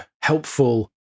helpful